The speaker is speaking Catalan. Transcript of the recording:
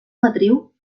matriu